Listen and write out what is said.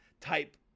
type